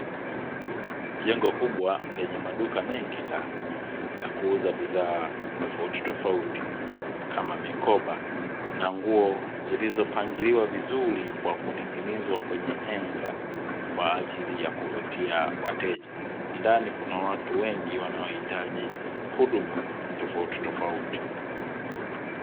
Jengo kubwa lenye maduka mengi ndani ya kuuza bidhaa tofautitofauti kama mikoba na nguo zilizopangaliwa vizuri kwa kuning'inizwa kwenye henga; kwa ajili ya kuvutia wateja. Ndani kuna watu wengi wanaohitaji huduma tofautitofauti